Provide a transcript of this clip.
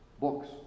books